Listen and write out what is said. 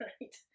right